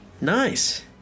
Nice